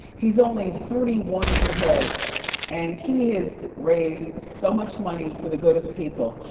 he's only thirty one years old and he has raised so much money for the good of people.